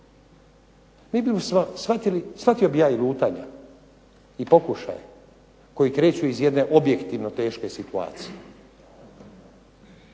što nas vrijeđa. Shvatio bih ja i lutanja i pokušaje koji kreću iz jedne objektivno teške situacije.